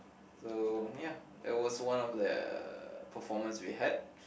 so ya it was one of the performance we had